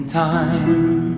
time